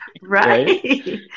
Right